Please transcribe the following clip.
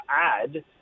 add